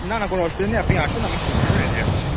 না না কোনো অসুবিধা নেই আপনি আসুন আমি খুচরো রেডি রাখছি